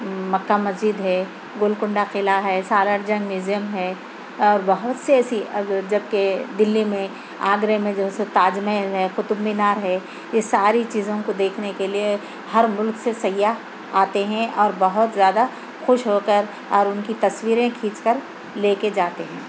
Mecca Masjid ہے گولکنڈہ قلعہ ہے سالار جنگ میوزیم ہے اور بہت سی ایسی جب کہ دلّی میں آگرہ میں جو سو تاج محل ہے قُطب مینار ہے یہ ساری چیزوں کو دیکھنے کے لئے ہر مُلک سے سیاح آتے ہیں اور بہت زیادہ خوش ہو کر اور اُن کی تصویریں کھینچ کر لے کے جاتے ہیں